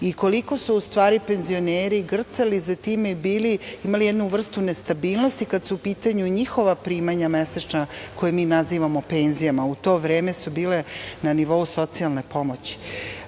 i koliko su u stvari penzioneri grcali za time i imali jednu vrstu nestabilnosti kada su u pitanju njihova primanja mesečna, koje mi nazivamo penzijama, a u to vreme su bile na nivou socijalne pomoći. Ono